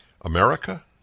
America